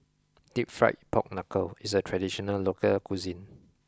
deep fried pork knuckle is a traditional local cuisine